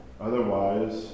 Otherwise